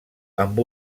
amb